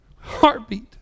Heartbeat